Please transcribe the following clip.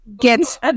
get